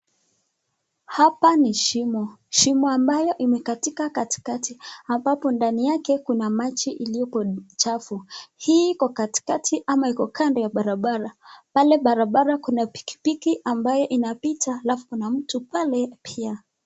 Hapa ni shimo ,shimo ambayo imekatika katikati ambapo ndani yake kuna maji iliyopo chafu hii iko katikati ama kando ya barabara pale barabara kuna pikipikiambayo inayopita alafu kuna mtu pia.